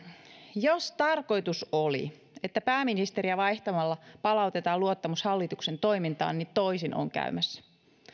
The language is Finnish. jos tarkoitus oli että pääministeriä vaihtamalla palautetaan luottamus hallituksen toimintaan niin toisin on käymässä